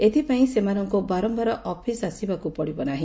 ଏଥିପାଇଁ ସେମାନଙ୍କୁ ବାରମ୍ଘାର ଅଫିସ୍ ଆସିବାକୁ ପଡ଼ିବ ନାହି